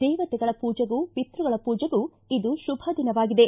ದೇವತೆಗಳ ಪೂಜೆಗೂ ಪಿತೃಗಳ ಪೂಜೆಗೂ ಇದು ಶುಭ ದಿನವಾಗಿದೆ